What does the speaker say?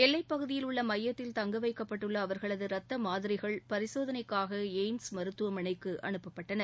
எல்லைப் பகுதியில் உள்ள மையத்தில் தங்க வைக்கப்பட்டுள்ள அவர்களது ரத்த மாதிரிகள் பரிசோதனைக்காக எய்ம்ஸ் மருத்துவமனைக்கு அனுப்பப்பட்டன